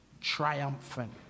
triumphant